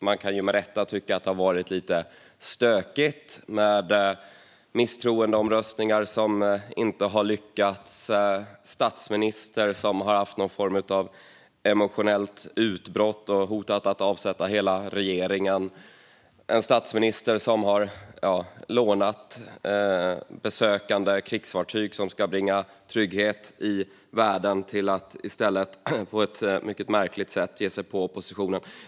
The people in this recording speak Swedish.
Man kan med rätta tycka att det har varit lite stökigt med misstroendeomröstningar som inte har lyckats, en statsminister som har haft någon form av emotionellt utbrott och hotat att avsätta hela regeringen och en statsminister som har lånat besökande krigsfartyg som ska bringa trygghet i världen till att i stället på ett märkligt sätt ge sig på oppositionen.